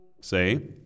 Say